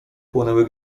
płonęły